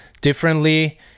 differently